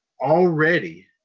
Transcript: Already